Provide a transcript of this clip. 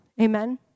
Amen